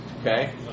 Okay